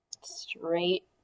Straight